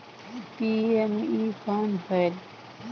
PME कौन होयल?